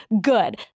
good